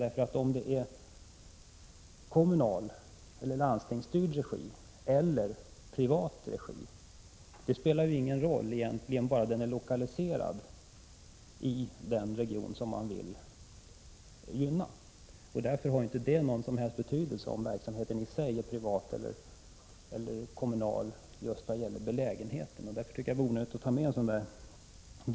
Det spelar nämligen ingen roll om det är kommunal, landstingsstyrd eller privat regi, bara verksamheten är lokaliserad till den region man vill gynna. Därför har det inte någon betydelse i fråga om belägenheten om verksamheten i sig är privat eller kommunal. Därför tycker jag att det var onödigt att ta med detta.